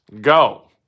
go